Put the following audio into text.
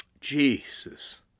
Jesus